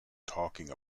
talking